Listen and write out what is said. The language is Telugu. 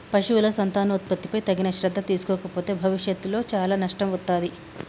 పశువుల సంతానోత్పత్తిపై తగిన శ్రద్ధ తీసుకోకపోతే భవిష్యత్తులో చాలా నష్టం వత్తాది